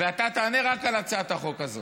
ואתה תענה רק על הצעת החוק הזאת.